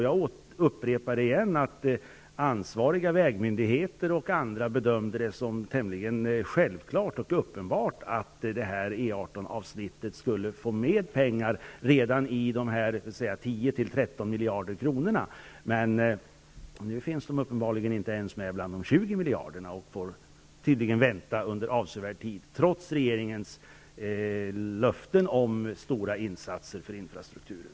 Jag upprepar att ansvariga vägmyndigheter och andra bedömde det som tämligen självklart och uppenbart att E 18 miljarder kronorna. Men nu finns det uppenbarligen inte ens med bland de 20 miljarderna. Nu blir det tydligen till att vänta under avsevärd tid, trots regeringens löften om stora insatser för infrastrukturen.